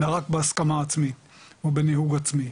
אלא רק בהסכמה עצמית ובניהוג עצמי.